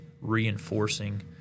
reinforcing